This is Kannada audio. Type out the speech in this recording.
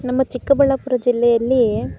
ನಮ್ಮ ಚಿಕ್ಕಬಳ್ಳಾಪುರ ಜಿಲ್ಲೆಯಲ್ಲಿ